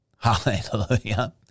Hallelujah